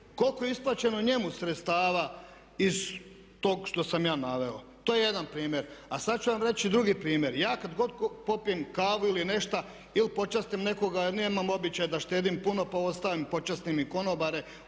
koliko je isplaćeno njemu sredstava iz tog što sam ja naveo? To je jedan primjer. A sad ću vam reći drugi primjer. Ja kad god popijem kavu ili nešto ili počastim nekoga jer nemam običaj da štedim puno pa ostavim, počastim i konobare,